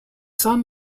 son